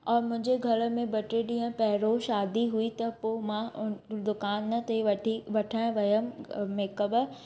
ऐं मुंहिंजे घर में ॿ टे ॾींहं पहिरों शादी हुई त पोइ मां हुन दुकान ते वठी वठणु वियमि मेकअब